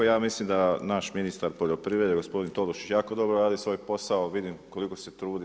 Ja mislim da naš ministar poljoprivrede gospodin Tolušić jako dobro radi svoj posao, vidim koliko se trudi.